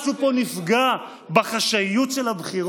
פריסקופים משהו פה נפגע בחשאיות של הבחירות?